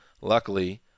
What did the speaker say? Luckily